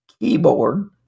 keyboard